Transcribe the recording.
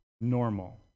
normal